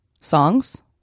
songs